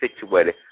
situated